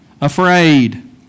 afraid